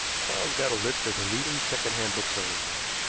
quarles got a list of the leading secondhand booksellers there.